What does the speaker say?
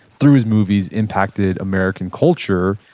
through his movies, impacted american culture.